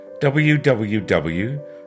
www